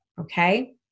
okay